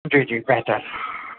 جی جی بہتر